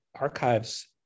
archives